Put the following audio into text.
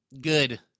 good